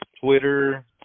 Twitter